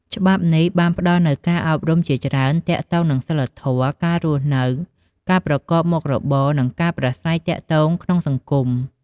ច្បាប់នេះបានផ្ដល់នូវការអប់រំជាច្រើនទាក់ទងនឹងសីលធម៌ ការរស់នៅ ការប្រកបមុខរបរ និងការប្រាស្រ័យទាក់ទងក្នុងសង្គម។